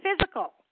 physical